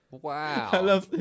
Wow